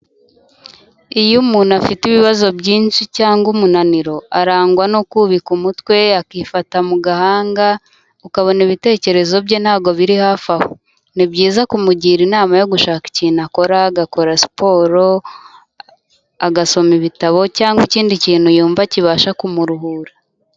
Iyo umuntu afite ibibazo byinshi cyangwa umunaniro arangwa no kubika umutwe, akifata mu gahanga, ukabona ibitekerezo bye ntago biri hafi aho. Ni byiza kumugira inama yo gushaka ikintu akora, agakora siporo, agasoma ibitabo, cyangwa ikindi kintu yumva kibasha kumuruhura.